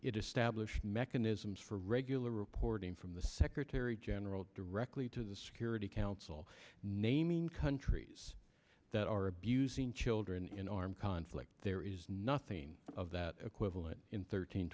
established mechanisms for regular reporting from the secretary general directly to the security council naming countries that are abusing children in armed conflict there is nothing of that equivalent in thirteen